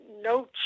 no